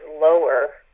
lower